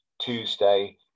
tuesday